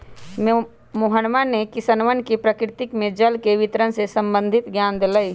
मोहनवा ने किसनवन के प्रकृति में जल के वितरण से संबंधित ज्ञान देलय